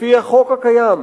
לפי החוק הקיים,